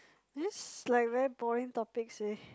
this like very boring topics leh